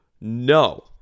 No